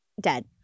Dead